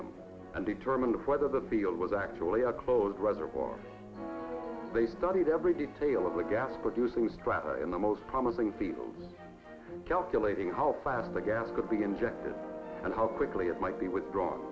volume and determine whether the field was actually a closed reservoir they studied every detail of the gas producing strata in the most promising field calculating how fast the gas could be injected and how quickly it might be withdrawn